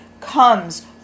comes